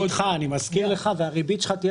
אני לא יודע --- אני מזכיר לך והריבית שלך תהיה